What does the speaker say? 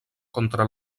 contra